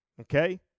Okay